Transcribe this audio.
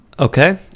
Okay